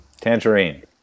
Tangerine